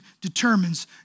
determines